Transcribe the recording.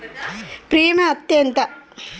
Premium అత్తే ఎంత?